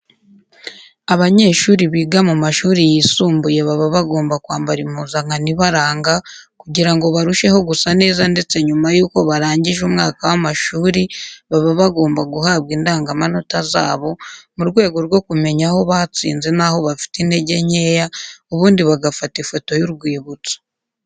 Abanyeshuri biga mu mashuri yisumbuye baba bagomba kwambara impuzankano ibaranga kugira ngo barusheho gusa neza ndetse nyuma y'uko barangije umwaka w'amashuri baba bagomba guhabwa indangamanota zabo mu rwego rwo kumenya aho batsinze n'aho bafite intege nkeya ubundi bagafata ifoto y'urwibutso.